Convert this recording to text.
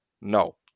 No